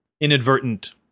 inadvertent